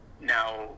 now